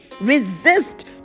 Resist